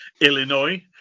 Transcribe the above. Illinois